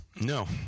No